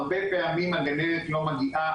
הרבה פעמים הגננת לא מגיעה,